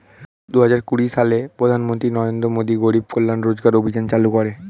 দুহাজার কুড়ি সালে প্রধানমন্ত্রী নরেন্দ্র মোদী গরিব কল্যাণ রোজগার অভিযান চালু করেন